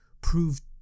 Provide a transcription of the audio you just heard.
proved